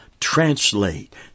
translate